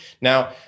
Now